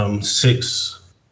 Six